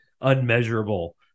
unmeasurable